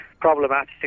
problematic